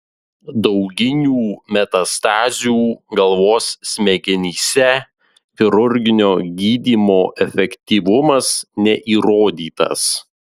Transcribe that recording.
dauginių metastazių galvos smegenyse chirurginio gydymo efektyvumas neįrodytas